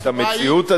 את המציאות,